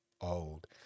old